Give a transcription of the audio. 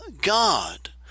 God